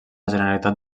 generalitat